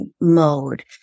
mode